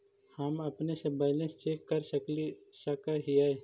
हम अपने से बैलेंस चेक कर सक हिए?